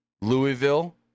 Louisville